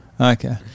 Okay